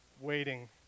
waiting